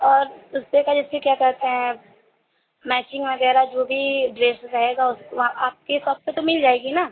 और उससे का जैसे क्या कहते हैं मैचिंग वगैरह जो भी ड्रेस रहेगा उस वहाँ आपके हिसाब से तो मिल जाएगी ना